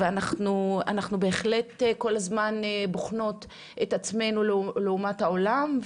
ואנחנו בהחלט כל הזמן בוחנות את עצמנו לעומת העולם,